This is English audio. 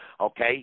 Okay